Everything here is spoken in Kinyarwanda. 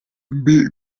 mbi